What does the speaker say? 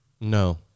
No